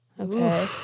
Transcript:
Okay